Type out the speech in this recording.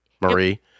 Marie